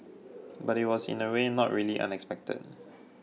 but it was in a way not really unexpected